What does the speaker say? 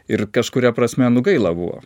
ir kažkuria prasme nu gaila buvo